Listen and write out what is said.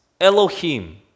Elohim